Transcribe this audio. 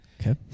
Okay